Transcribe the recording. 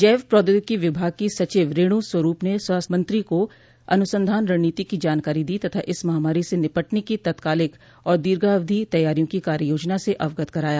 जैव प्रोद्यौगिकी विभाग की सचिव रेणु स्वरूप ने स्वास्थ्य मंत्री को अनुसंधान रणनीति की जानकारी दी तथा इस महामारी से निपटने की तात्कालिक और दीर्घावधि तैयारियों की कार्ययोजना से अवगत कराया